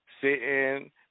sitting